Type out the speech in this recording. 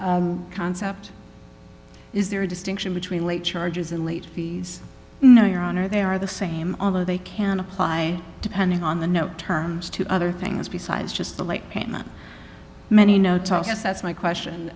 concept is there a distinction between late charges and late fees no your honor they are the same although they can apply depending on the no terms to other things besides just the late payment many no talk yes that's my question